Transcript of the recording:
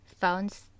phones